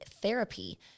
therapy